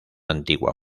antigua